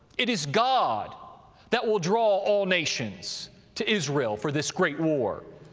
it is god that will draw all nations to israel for this great war,